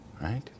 Right